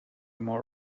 more